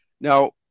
Now